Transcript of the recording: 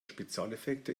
spezialeffekte